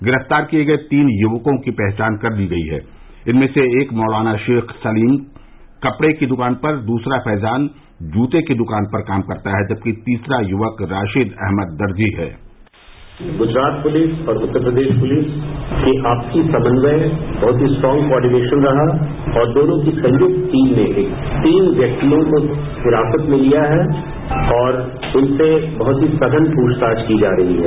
गिरफ्तार किये गये तीन युवकों की पहचान कर ली गयी है इनमें से एक मौलाना शेख सलीम कपड़े की दुकान पर दूसरा फैजान जूते की दुकान पर काम करता है जबकि तीसरा युवक राशिद अहमद दर्जी है गुजरात पुलिस और उत्तर प्रदेश पुलिस के आपसी समन्वय वहुत ही स्ट्रांग कॉर्डिनेशन रहा और दोनों की संयुक्त टीम ने तीन व्यक्तियों को हिरासत में लिया है और उनसे बहुत ही सघन पूछताछ की जा रही है